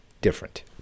different